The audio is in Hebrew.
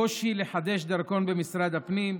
בקושי לחדש דרכון במשרד הפנים.